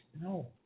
No